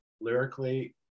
lyrically